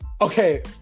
Okay